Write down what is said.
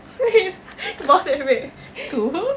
wait must have wait two